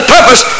Purpose